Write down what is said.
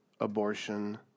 abortion